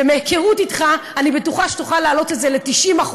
מהיכרות אתך אני בטוחה שתוכל להעלות את זה ל-90%